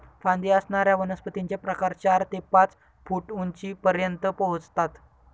फांदी असणाऱ्या वनस्पतींचे प्रकार चार ते पाच फूट उंचीपर्यंत पोहोचतात